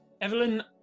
Evelyn